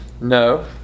No